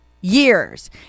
years